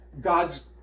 God's